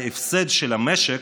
ההפסד של המשק,